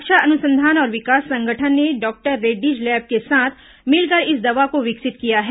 रक्षा अनुसंधान और विकास संगठन ने डॉक्टर रेड्डीज लैब के साथ मिलकर इस दवा को विकसित किया है